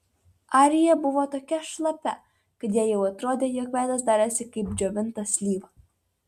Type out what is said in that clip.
arija buvo tokia šlapia kad jai jau atrodė jog veidas darosi kaip džiovinta slyva